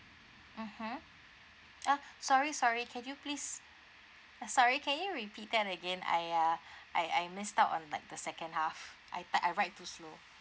mmhmm uh sorry sorry can you please uh sorry can you repeat that again I uh I I missed out on like the second half I I write too slow